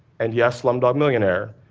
and yes, slumdog millionaire.